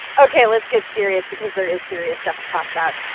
ok, let's get serious because there is serious stuff to talk about.